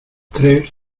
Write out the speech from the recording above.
tres